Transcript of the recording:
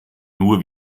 nur